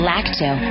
Lacto